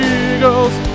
eagles